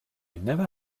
never